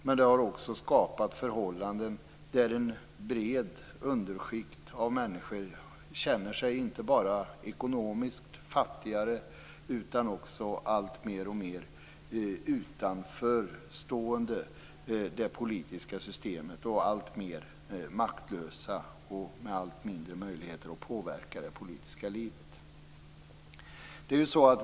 Men det har också skapat förhållanden där ett brett underskikt av människor känner sig inte bara ekonomiskt fattigare utan också alltmer utanförstående det politiska systemet och alltmer maktlösa och med allt mindre möjligheter att påverka det politiska livet.